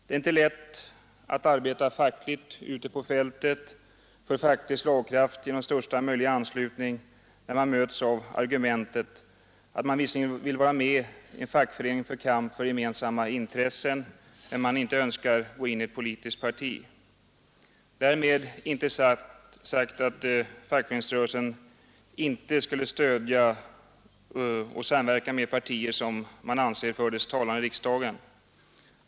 Det är inte lätt att arbeta ute på fältet för facklig slagkraft genom största möjliga anslutning när vi möts av argumentet, att man visserligen vill vara med i en fackförening för kamp för gemensamma intressen men inte önskar gå in i ett politiskt parti. Därmed är inte sagt att fackföreningsrörelsen inte skulle stödja och samverka med partier som man anser för dess talan i riksdagen.